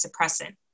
suppressant